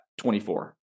24